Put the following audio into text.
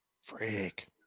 Freak